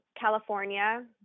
California